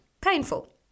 painful